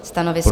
Stanovisko?